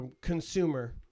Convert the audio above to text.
consumer